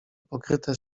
pokryte